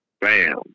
Bam